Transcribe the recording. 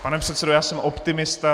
Pane předsedo, já jsem optimista.